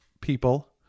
people